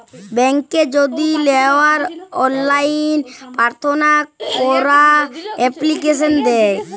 ব্যাংকে যদি লেওয়ার অললাইন পার্থনা ক্যরা এপ্লিকেশন দেয়